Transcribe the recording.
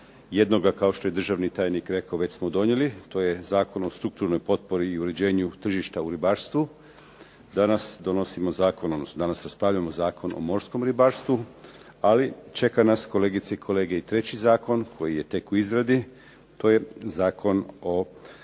jednoga kao što je državni tajnik rekao već smo donijeli, to je Zakon o strukturnoj potpori i uređenju tržišta u ribarstvu. Danas donosimo zakon, odnosno danas raspravljamo Zakon o morskom ribarstvu, ali čeka nas kolegice i kolege i treći zakon koji je tek u izradi. To je Zakon o